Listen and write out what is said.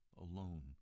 alone